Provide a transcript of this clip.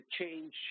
change